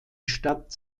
stadt